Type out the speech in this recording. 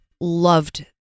loved